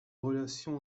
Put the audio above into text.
relations